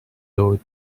load